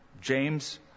James